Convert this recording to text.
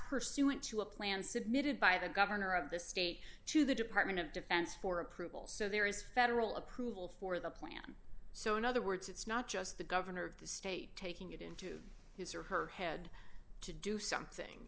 pursuant to a plan submitted by the governor of the state to the department of defense for approval so there is federal approval for the plan so in other words it's not just the governor of the state taking it into his or her head to do something